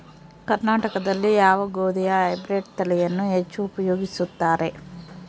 ಕರ್ನಾಟಕದಲ್ಲಿ ಯಾವ ಗೋಧಿಯ ಹೈಬ್ರಿಡ್ ತಳಿಯನ್ನು ಹೆಚ್ಚು ಉಪಯೋಗಿಸುತ್ತಾರೆ?